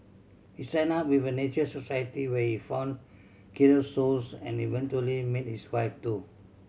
he signed up with the Nature Society where he found kindred souls and eventually met his wife too